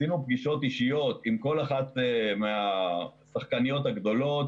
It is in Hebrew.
עשינו פגישות אישיות עם כל אחת מהשחקניות הגדולות